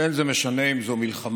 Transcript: ואין זה משנה אם זו מלחמה,